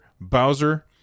Bowser